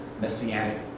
messianic